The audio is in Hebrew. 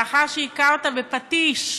לאחר שהכה אותה בפטיש,